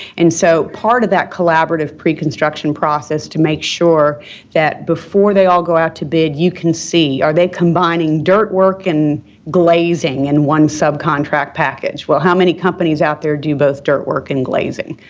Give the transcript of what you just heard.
and so, part of that collaborative pre-construction process to make sure that, before they all go out to bid, you can see are they combining dirt work and glazing in one subcontract package? well, how many companies out there do both dirt work and glazing?